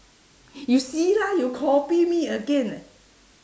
you see lah you copy me again